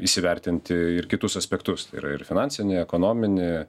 įsivertinti ir kitus aspektus tai yra ir finansinį ekonominį